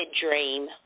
dream